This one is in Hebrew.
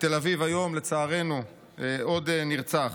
בתל אביב, היום, לצערנו, עוד נרצח.